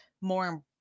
more